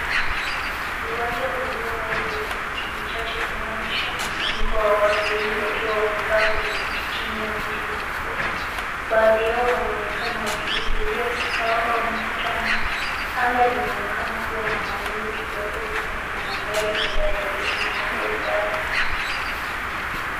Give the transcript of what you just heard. Uwanja ulio wazi wenye miti michache unaonyesha mkusanyiko wa watu wengi, wakiwa wamekaa kwenye viti chini ya mti mkubwa. Baadhi yao, wanaonekana wakihudhuria kikao, au mkutano. Anga linaonekana kuwa na mawingu kidogo, na kuna magari kadhaa yaliosimama kwa umbali.